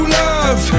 love